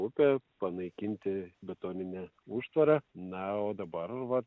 upė panaikinti betoninę užtvarą na o dabar